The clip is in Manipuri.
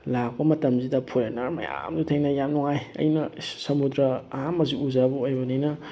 ꯂꯥꯛꯄ ꯃꯇꯝꯁꯤꯗ ꯐꯣꯔꯦꯟꯅꯔ ꯃꯌꯥꯝ ꯊꯦꯡꯅꯩ ꯌꯥꯝ ꯅꯨꯡꯉꯥꯏ ꯑꯩꯅ ꯏꯁ ꯁꯃꯨꯗ꯭ꯔ ꯑꯍꯥꯟꯕꯁꯨ ꯎꯖꯕ ꯑꯣꯏꯕꯅꯤꯅ